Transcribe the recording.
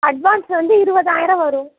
advance வந்து இருபதாயிரம் வரும்